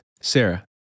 Sarah